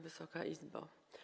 Wysoka Izbo!